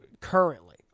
currently